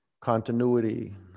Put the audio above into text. continuity